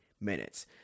minutes